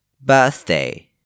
Birthday